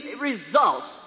results